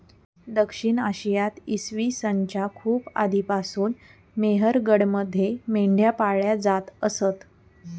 दक्षिण आशियात इसवी सन च्या खूप आधीपासून मेहरगडमध्ये मेंढ्या पाळल्या जात असत